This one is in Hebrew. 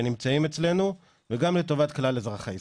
שנמצאים אצלנו, וגם לטובת כלל אזרחי ישראל.